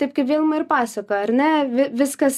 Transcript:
taip kaip vilma ir pasakojo ar ne vi viskas